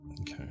Okay